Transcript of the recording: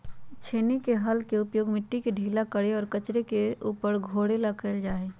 छेनी के हल के उपयोग मिट्टी के ढीला करे और कचरे के ऊपर छोड़े ला कइल जा हई